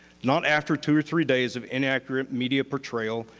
not after two or three days of inaccurate media portrayal,